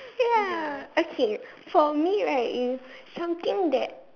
ya okay for me right is something that